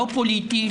לא פוליטי,